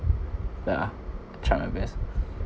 yeah I tried my best